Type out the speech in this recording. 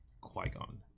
qui-gon